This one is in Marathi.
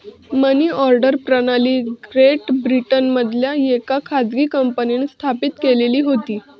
मनी ऑर्डर प्रणाली ग्रेट ब्रिटनमधल्या येका खाजगी कंपनींन स्थापित केलेली होती